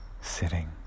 sitting